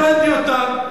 הבנתי אותה,